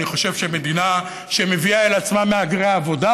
אני חושב שמדינה שמביאה אל עצמה מהגרי עבודה